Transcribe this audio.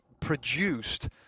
produced